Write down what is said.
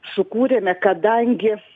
sukūrėme kadangi